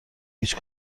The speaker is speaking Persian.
هیچ